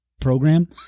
program